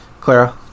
Clara